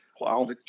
Wow